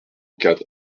quatre